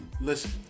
listen